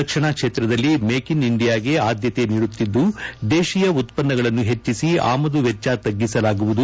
ರಕ್ಷಣಾ ಕ್ಷೇತ್ರದಲ್ಲಿ ಮೇಕ್ಇನ್ ಇಂಡಿಯಾಗೆ ಆದ್ಯತೆ ನೀಡುತ್ತಿದ್ದು ದೇಶೀಯ ಉತ್ಪನ್ನಗಳನ್ನು ಹೆಚ್ವಿಸಿ ಆಮದು ವೆಚ್ವ ತಗ್ಗಿಸಲಾಗುವುದು